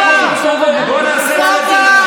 בואו נעשה צעדים,